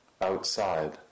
outside